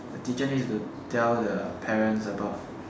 the teacher need to tell the parents about